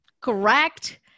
correct